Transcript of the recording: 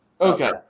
Okay